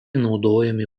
naudojami